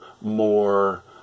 more